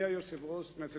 אדוני היושב-ראש, כנסת